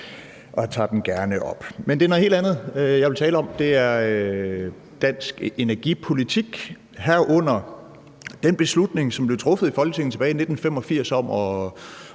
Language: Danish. jeg tager den gerne. Men det er noget helt andet, jeg vil tale om: Det er dansk energipolitik, herunder den beslutning, som blev truffet i Folketinget tilbage i 1985, om at